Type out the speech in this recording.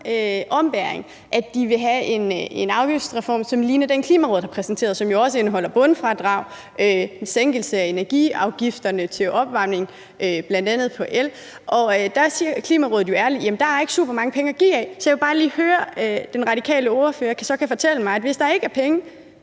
ombæring, at de vil have en afgiftsreform, som ligner den, Klimarådet har præsenteret, som jo også indeholder bundfradrag, en sænkelse af energiafgifterne til opvarmning, bl.a. på el, og der siger Klimarådet ærligt, at der ikke er super mange penge at give af. Så jeg vil bare lige høre, om De Radikales ordfører så kan fortælle mig, hvis der ikke er penge,